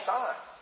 time